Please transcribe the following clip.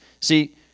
see